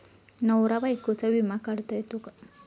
नवरा बायकोचा विमा काढता येतो का?